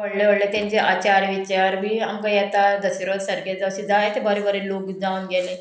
व्हडले व्हडले तेंचे आचार विचार बी आमकां येता दशरत सारके जावं अशें जायते बरें बरें लोक जावन गेले